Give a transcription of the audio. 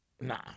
Nah